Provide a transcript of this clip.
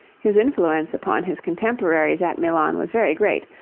his influence upon his contemporaries at milan was very great,